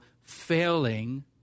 failing